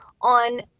on